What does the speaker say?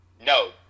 No